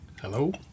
Hello